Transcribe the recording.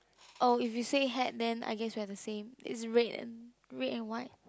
oh if you say hat then I guess we are the same it's red and red and white